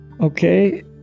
Okay